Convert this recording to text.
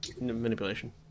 manipulation